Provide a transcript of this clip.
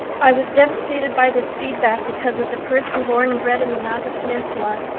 i was devastated by this feedback because as a person born and bred in the niagara peninsula,